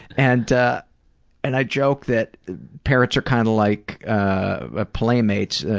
and ah and i joke that parrots are kind of like ah playmates.